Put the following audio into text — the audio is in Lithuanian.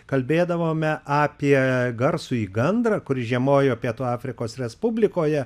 kalbėdavome apie garsųjį gandrą kuris žiemojo pietų afrikos respublikoje